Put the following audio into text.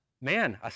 Man